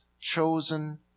chosen